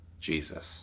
Jesus